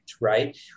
right